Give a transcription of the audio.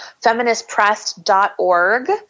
feministpress.org